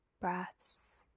breaths